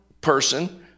person